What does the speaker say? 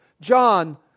John